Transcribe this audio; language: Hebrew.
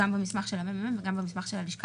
גם במסמך של הממ"מ וגם במסמך של הלשכה